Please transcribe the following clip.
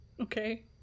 Okay